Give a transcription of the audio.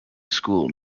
school